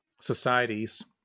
societies